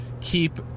keep